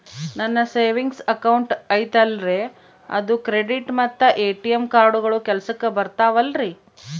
ನನ್ನ savings account ಐತಲ್ರೇ ಅದು ಕ್ರೆಡಿಟ್ ಮತ್ತ ಎ.ಟಿ.ಎಂ ಕಾರ್ಡುಗಳು ಕೆಲಸಕ್ಕೆ ಬರುತ್ತಾವಲ್ರಿ?